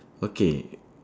okay